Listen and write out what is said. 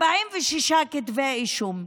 46 כתבי אישום,